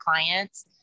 clients